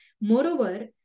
Moreover